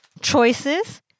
choices